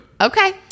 Okay